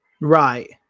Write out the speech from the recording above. Right